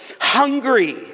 hungry